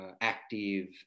active